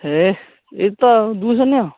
ହେ ଏହି ତ ଆଉ ଦୁଇଶହ ନିଅ